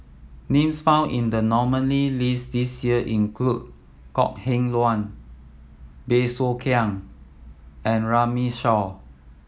names found in the nominee list this year include Kok Heng Leun Bey Soo Khiang and Runme Shaw